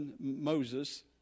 Moses